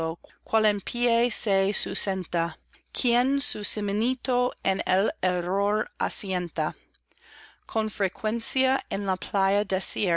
se sustenta quen su cimiento en el error asienta con frecuencia en la